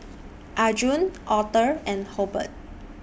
Arjun Author and Hobert